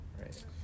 right